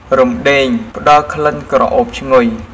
រំដេង ផ្តល់ក្លិនក្រអូបឈ្ងុយ។